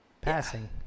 passing